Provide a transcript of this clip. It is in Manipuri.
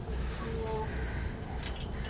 ꯑꯣ